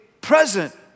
present